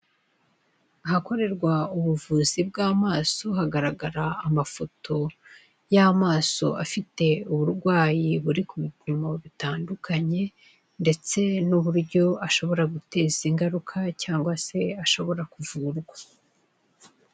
Ahakorerwa ubuvuzi bw'amaso, hagaragara amafoto y'amaso afite uburwayi buri ku bipimo bitandukanye, ndetse n'uburyo ashobora guteza ingaruka cyangwa se ashobora kuvurwa.